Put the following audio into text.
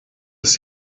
ist